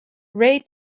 ray